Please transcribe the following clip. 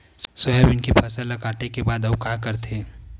Soybean के फसल ल काटे के बाद आऊ का करथे?